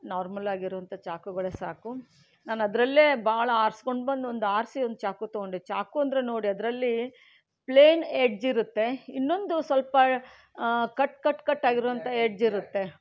normal ಆಗಿರುವಂಥ ಚಾಕುಗಳೇ ಸಾಕು ನಾನು ಅದರಲ್ಲೇ ಭಾಳ ಆರಿಸ್ಕೊಂಡು ಬಂದು ಒಂದು ಆರಿಸಿ ಒಂದು ಚಾಕು ತಗೊಂಡೆ ಚಾಕು ಅಂದರೆ ನೋಡಿ ಅದರಲ್ಲಿ ಪ್ಲೇನ್ ಎಡ್ಜ್ ಇರುತ್ತೆ ಇನ್ನೊಂದು ಸ್ವಲ್ಪ ಕಟ್ ಕಟ್ ಕಟ್ ಆಗಿರೋಂಥ ಎಡ್ಜ್ ಇರುತ್ತೆ